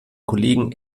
kollegen